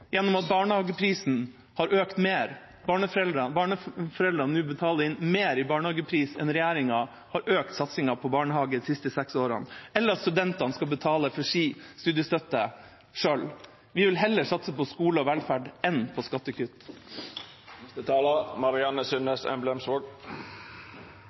gjennom at barnehageprisen har økt mer enn regjeringa har økt satsingen på barnehage de siste seks årene. Vi mener ikke at studentene skal betale for sin studiestøtte selv. Vi vil heller satse på skole og velferd enn på skattekutt.